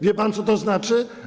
Wie pan, co to znaczy?